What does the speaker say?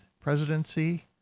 presidency